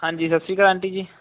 ਹਾਂਜੀ ਸਤਿ ਸ਼੍ਰੀ ਅਕਾਲ ਆਂਟੀ ਜੀ